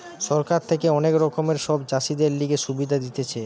সরকার থাকে অনেক রকমের সব চাষীদের লিগে সুবিধা দিতেছে